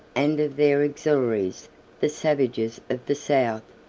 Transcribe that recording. and of their auxiliaries the savages of the south,